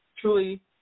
Truly